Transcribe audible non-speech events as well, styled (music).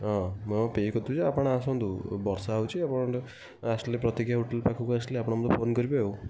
ହଁ ମୁଁ (unintelligible) ପେ କରି ଦେଉଛି ଆପଣ ଆସନ୍ତୁ ବର୍ଷା ହେଉଛି ଆପଣ ଆସିଲେ ପ୍ରତୀକ୍ଷା ହୋଟେଲ୍ ପାଖକୁ ଆସିଲେ ଆପଣ ମୋତେ ଫୋନ୍ କରିବେ ଆଉ